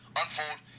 unfold